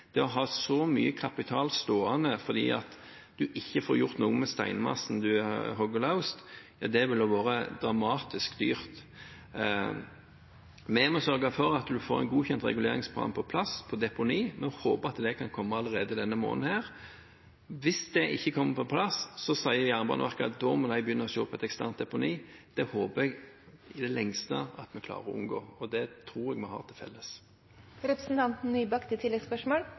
Det å ha så mye kapital stående fordi man ikke får gjort noe med steinmassen man hugger løs, det ville vært dramatisk dyrt. Vi må sørge for at man får på plass en godkjent reguleringsplan for deponi. Vi håper den kan komme allerede denne måneden. Hvis den ikke kommer på plass, sier Jernbaneverket at de må begynne å se på et eksternt deponi. Det håper jeg i det lengste at vi klarer å unngå, og det tror jeg vi har til felles.